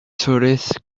tourists